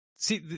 See